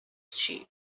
sheep